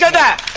yeah that